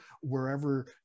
wherever